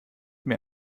mir